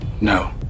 No